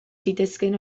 zitezkeen